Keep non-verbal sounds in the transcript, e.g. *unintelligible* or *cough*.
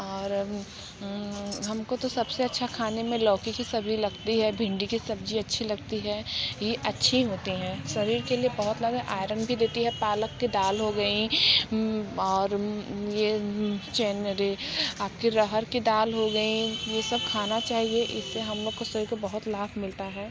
और हमको तो सबसे अच्छा खाने में लौकी की सब्ज़ी लगती है भिंडी की सब्ज़ी अच्छी लगती है ये अच्छी होती हैं शरीर के लिए बहुत ज़्यादा आयरन भी देती है पालक की दाल हो गई और *unintelligible* आपकी अरहर की दाल हो गई ये सब खाना चाहिए इससे हम लोग के शरीर को बहुत लाभ मिलता है